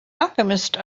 alchemist